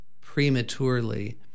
prematurely